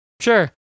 sure